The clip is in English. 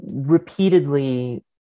repeatedly